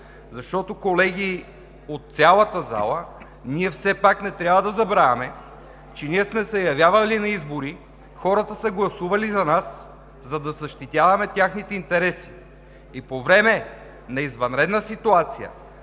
Защото, колеги от цялата залата, все пак не трябва да забравяме, че сме се явявали на избори, хората са гласували за нас, за да защитаваме техните интереси. По време на извънредна ситуация